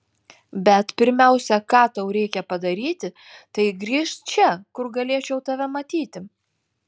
bet pirmiausia ką tau reikia padaryti tai grįžt čia kur galėčiau tave matyti